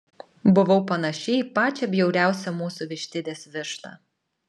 buvau panaši į pačią bjauriausią mūsų vištidės vištą